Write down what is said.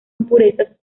impurezas